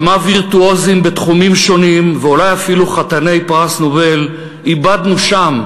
כמה וירטואוזים בתחומים שונים ואולי אפילו חתני פרס נובל איבדנו שם,